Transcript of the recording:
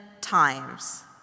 times